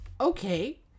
okay